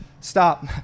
Stop